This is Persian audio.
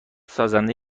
سازنده